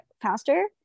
faster